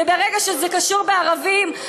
וברגע שזה קשור בערבים,